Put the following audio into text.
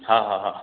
हा हा हा